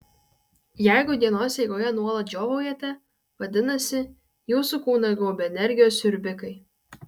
jeigu dienos eigoje nuolat žiovaujate vadinasi jūsų kūną gaubia energijos siurbikai